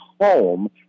home